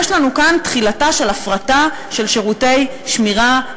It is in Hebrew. יש לנו כאן תחילתה של הפרטה של שירותי שמירה,